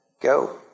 go